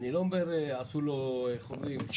אנחנו לא אמרנו שזה יורד.